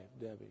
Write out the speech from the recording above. Debbie